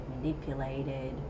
manipulated